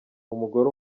umugore